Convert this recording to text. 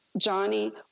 Johnny